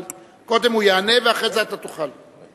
קודם הוא יענה ואחר כך אתה תוכל.